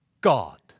God